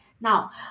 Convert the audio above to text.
Now